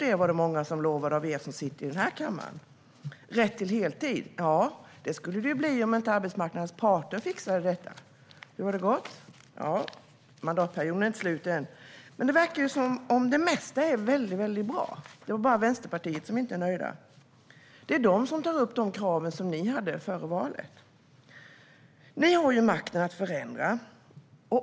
Det var det många som lovade av er som sitter i den här kammaren. Rätt till heltid skulle det bli om inte arbetsmarknadens parter fixade detta. Hur har det då gått? Mandatperioden är inte slut än, men nu verkar det som att det mesta är väldigt bra. Det är bara i Vänsterpartiet man inte är nöjd. Det är de som tar upp de krav som ni hade före valet. Ni har makten att förändra.